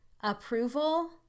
approval